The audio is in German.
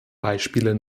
beispiele